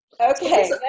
Okay